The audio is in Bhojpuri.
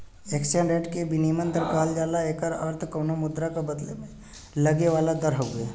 एक्सचेंज रेट के विनिमय दर कहल जाला एकर अर्थ कउनो मुद्रा क बदले में लगे वाला दर हउवे